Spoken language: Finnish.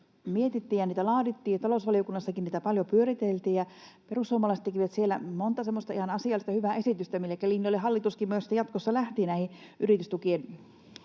ja niitä laadittiin. Talousvaliokunnassakin niitä paljon pyöriteltiin. Perussuomalaiset tekivät siellä monta semmoista ihan asiallista, hyvää esitystä, joiden linjalle hallituskin jatkossa lähti yritystukia